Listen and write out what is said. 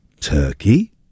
turkey